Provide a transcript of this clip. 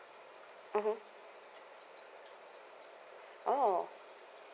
mmhmm oh